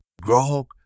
grog